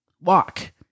walk